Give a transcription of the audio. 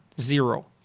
zero